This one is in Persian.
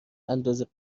اندازه